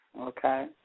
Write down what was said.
Okay